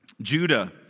Judah